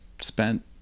spent